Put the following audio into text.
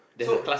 so